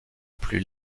plus